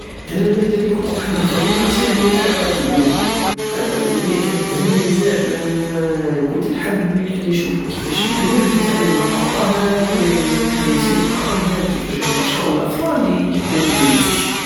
انا المادة الي كنت نحبها في المدرسة هي العلاقات الدولية العلاقات الدولية كانت تهمني بزاف كنت نحب نشوف كيفاش الدول تعامل بع بعضاها ونسيي نقارنها بالبشر والافراد يقوومو بنفس الشي